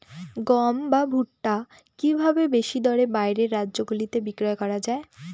গম বা ভুট্ট কি ভাবে বেশি দরে বাইরের রাজ্যগুলিতে বিক্রয় করা য়ায়?